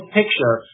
picture